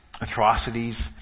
Atrocities